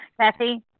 Kathy